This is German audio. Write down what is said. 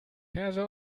verse